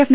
F